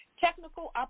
technical